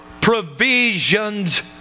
provisions